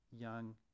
young